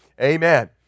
Amen